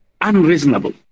unreasonable